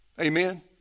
Amen